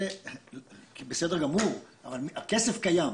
בסדר גמור, הכסף קיים.